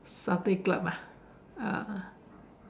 satay club ah ah